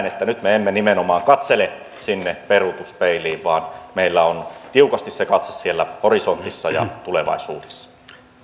että nyt me emme nimenomaan katsele sinne peruutuspeiliin vaan meillä on tiukasti se katse siellä horisontissa ja tulevaisuudessa